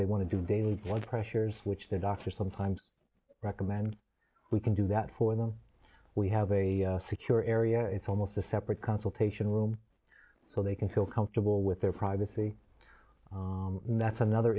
they want to do daily blood pressures which their doctor sometimes recommend we can do that for them we have a secure area it's almost a separate consultation room so they can feel comfortable with their privacy and that's another